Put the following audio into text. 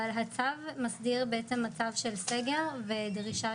אבל הצו מסדיר בעצם מצב של סגר ודרישה